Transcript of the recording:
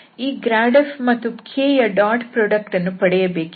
ಈ grad f ಮತ್ತು k ಯ ಡಾಟ್ ಪ್ರಾಡಕ್ಟ್ ಅನ್ನು ಪಡೆಯಬೇಕಿದೆ